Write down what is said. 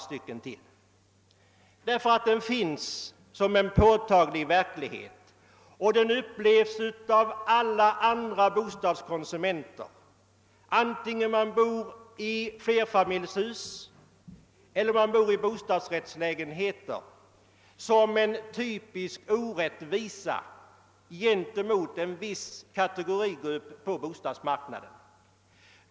Den avdragsrät ten är nämligen en påtaglig verklighet, som av alla andra bostadskonsumenter, oavsett om de bor i flerfamiljshus eller i bostadsrättslägenheter, upplevs som en typisk orättvisa gentemot andra grupper på bostadsmarknaden.